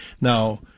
Now